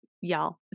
y'all